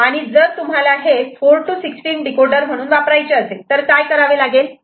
आणि जर तुम्हाला हे 4 to 16 डीकोडर म्हणून वापरायचे असेल तर काय करावे लागेल